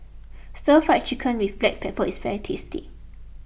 Stir Fry Chicken with Black Pepper is very tasty